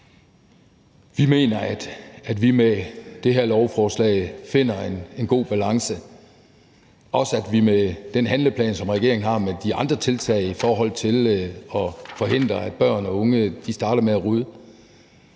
Vi mener, at vi med det her lovforslag finder en god balance, og at vi med den handleplan, som regeringen har med de andre tiltag i forhold til at forhindre, at børn og unge starter med at ryge,